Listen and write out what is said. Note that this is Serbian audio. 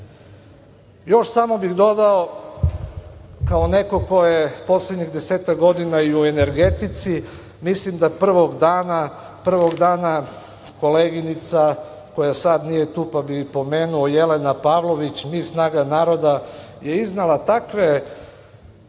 samo bih dodao kao neko ko je poslednjih desetak godina i u energetici, mislim da prvog dana koleginica koja sad nije tu, pa bih je pomenuo, Jelena Pavlović, Mi snaga naroda, je iznela takve,